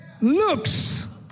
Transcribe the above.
looks